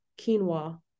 quinoa